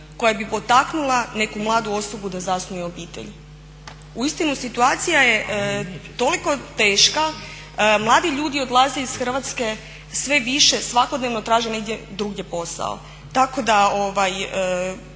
koja bi potaknula neku mladu osobu da zasnuje obitelj. Uistinu situacija je toliko teška, mladi ljudi odlaze iz Hrvatske sve više, svakodnevno traže negdje drugdje posao, tako da